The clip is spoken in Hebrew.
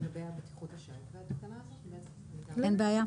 אין בעיה.